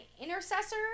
intercessor